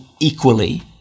equally